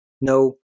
No